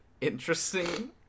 Interesting